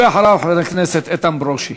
ואחריו, חבר הכנסת איתן ברושי.